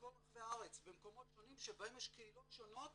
בכל רחבי הארץ במקומות שונים שבהם יש קהילות שונות